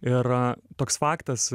ir toks faktas